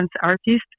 artists